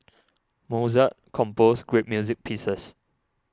Mozart composed great music pieces